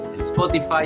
Spotify